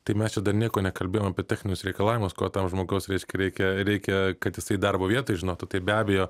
tai mes čia dar nieko nekalbėjom apie techninius reikalavimus ko tam žmogaus reikia reikia kad jisai darbo vietoj žinotų tai be abejo